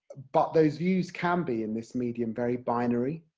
but those views can be, in this medium, very binary,